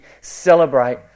celebrate